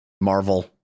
Marvel